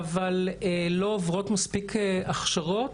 אבל לא עוברות מספיק הכשרות.